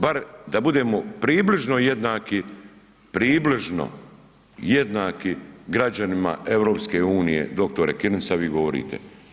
Bar da budemo približno jednaki, približno jednaki građanima EU doktore Kirin sad vi govorite.